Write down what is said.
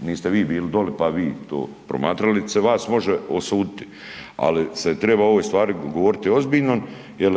niste vi bili doli pa vi to promatrali, niti se vas može osuditi, ali se treba o ovoj stvari govoriti ozbiljno jel